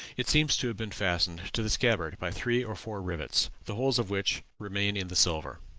it seems to have been fastened to the scabbard by three or four rivets, the holes of which remain in the silver.